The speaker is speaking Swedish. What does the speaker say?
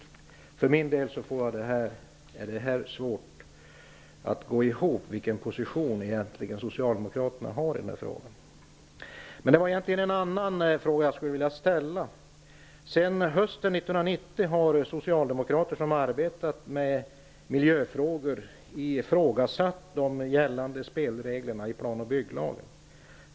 Jag för min del har svårt att få det hela att gå ihop när det gäller Socialdemokraternas position i den här frågan. Det var egentligen en annan fråga som jag ville ta upp. Sedan hösten 1990 har socialdemokrater som arbetat med miljöfrågor ifrågasatt de gällande spelreglerna i plan och bygglagen.